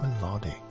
melodic